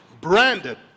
branded